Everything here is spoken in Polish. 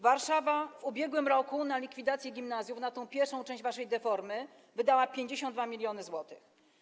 Warszawa w ubiegłym roku na likwidację gimnazjów, na tę pierwszą część waszej deformy, wydała 52 mln zł.